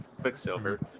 Quicksilver